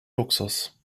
luxus